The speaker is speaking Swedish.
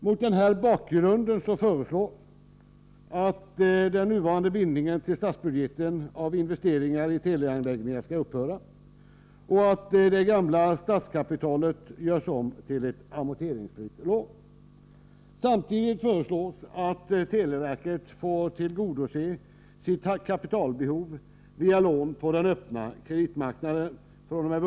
Mot denna bakgrund föreslås att den nuvarande bindningen till statsbudgeten av investeringar i teleanläggningar skall upphöra och det gamla statskapitalet göras om till ett amorteringsfritt lån. Samtidigt föreslås att televerket fr.o.m. budgetåret 1984/85 får tillgodose sitt kapitalbehov via lån på den öppna kreditmarknaden.